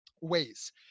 ways